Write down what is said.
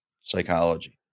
psychology